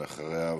אחריו,